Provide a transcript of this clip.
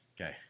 Okay